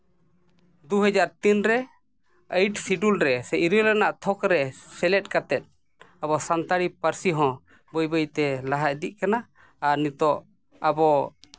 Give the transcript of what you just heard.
ᱫᱩ ᱦᱟᱡᱟᱨ ᱛᱤᱱ ᱨᱮ ᱮᱭᱴᱤ ᱥᱮᱰᱩᱞ ᱨᱮ ᱥᱮ ᱤᱨᱟᱹᱞ ᱟᱱᱟᱜ ᱛᱷᱚᱠ ᱨᱮ ᱥᱮᱞᱮᱫ ᱠᱟᱛᱮᱫ ᱟᱵᱚ ᱥᱟᱱᱛᱟᱲᱤ ᱯᱟᱹᱨᱥᱤ ᱦᱚᱸ ᱵᱟᱹᱭ ᱵᱟᱹᱭᱛᱮ ᱞᱟᱦᱟ ᱤᱫᱤᱜ ᱠᱟᱱᱟ ᱟᱨ ᱱᱤᱛᱚᱜ ᱟᱵᱚ